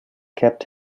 kept